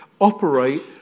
Operate